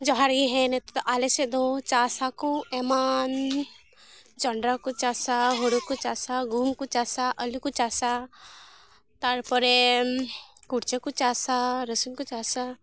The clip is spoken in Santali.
ᱡᱚᱦᱟᱨ ᱜᱮ ᱦᱮᱸ ᱱᱤᱛᱚᱜᱫᱚ ᱟᱞᱮ ᱥᱮᱫ ᱫᱚ ᱪᱟᱥᱟᱠᱚ ᱮᱢᱟᱱ ᱡᱚᱱᱰᱨᱟᱠᱚ ᱪᱟᱥᱟ ᱦᱳᱲᱳ ᱠᱚ ᱪᱟᱥᱟ ᱜᱩᱦᱩᱢᱠᱚ ᱪᱟᱥᱟ ᱟᱹᱞᱩᱠᱚ ᱪᱟᱥᱟ ᱛᱟᱨᱯᱚᱨᱮ ᱠᱩᱲᱪᱟᱹᱠᱚ ᱪᱟᱥᱟ ᱨᱟᱹᱥᱩᱱᱠᱚ ᱪᱟᱥᱟ